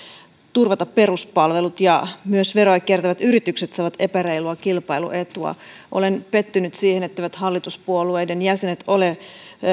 turvata peruspalvelut ja myös veroja kiertävät yritykset saavat epäreilua kilpailuetua olen pettynyt siihen etteivät hallituspuolueiden jäsenet ole